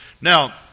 Now